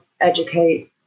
educate